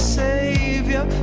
savior